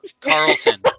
Carlton